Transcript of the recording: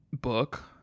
book